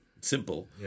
simple